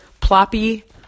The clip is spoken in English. ploppy